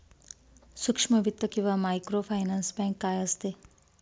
सूक्ष्म वित्त किंवा मायक्रोफायनान्स बँक काय असते?